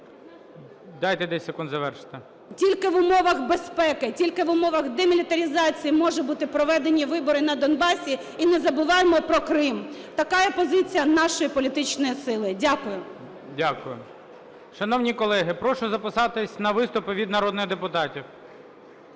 Дайте 10 секунд завершити. ГЕРАЩЕНКО І.В. …тільки в умовах безпеки, тільки в умовах демілітаризації можуть бути проведені вибори на Донбасі. І не забуваймо про Крим! Така є позиція нашої політичної сили. Дякую. ГОЛОВУЮЧИЙ. Дякую. Шановні колеги, прошу записатись на виступи від народних депутатів.